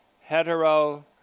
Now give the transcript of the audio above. hetero